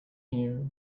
here